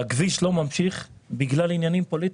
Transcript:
שהכביש לא ממשיך בגלל עניינים פוליטיים,